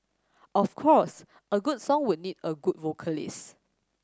of course a good song would need a good vocalist